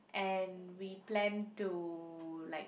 and we plan to like